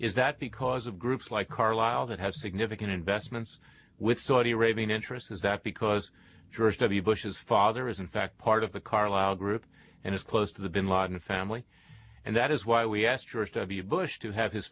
is that because of groups like carlyle that have significant investments with saudi arabian interests is that because george w bush's father is in fact part of the carlyle group and is close to the bin laden family and that is why we asked george w bush to have his